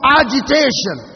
agitation